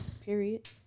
period